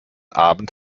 abend